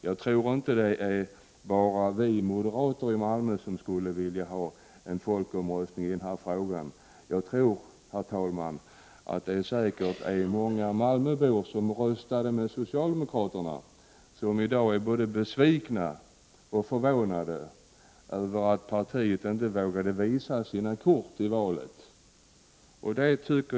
Jag tror inte att det är bara vi moderater i Malmö som skulle vilja ha en folkomröstning i denna fråga. Herr talman! Jag tror att många malmöbor som röstade med socialdemokraterna i dag är både besvikna och förvånade över att partiet inte vågade visa sina kort i valet.